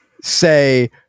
say